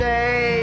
Day